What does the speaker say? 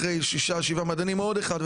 אחרי שישה שבעה מדענים עוד אחד,